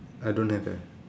I don't have eh